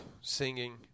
singing